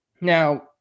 now